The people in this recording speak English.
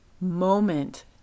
moment